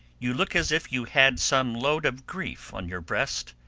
you look as if you had some load of grief on your breast.